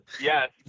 Yes